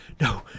no